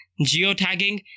geotagging